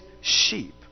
sheep